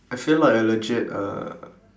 I feel like a legit a